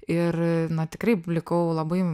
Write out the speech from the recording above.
ir na tikrai likau labai